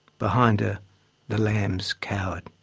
behind her the lambs cowered.